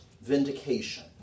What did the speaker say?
vindication